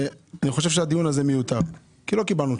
ולפיו אנחנו מתכוונים להרחיב את